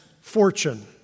fortune